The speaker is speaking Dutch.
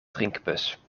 drinkbus